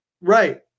Right